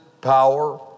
power